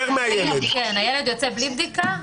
הילד יוצא בלי בדיקה.